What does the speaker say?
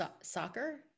soccer